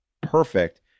perfect